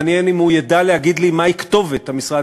מעניין אם הוא ידע להגיד לי מהי כתובת המשרד